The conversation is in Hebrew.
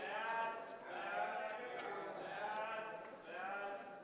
סעיף 2 נתקבל.